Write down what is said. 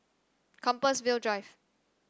Compassvale Drive